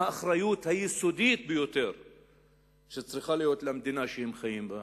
מה האחריות היסודית ביותר שצריכה להיות למדינה שהם חיים בה?